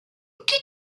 get